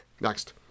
Next